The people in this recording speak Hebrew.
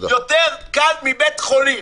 יותר קל מבית חולים.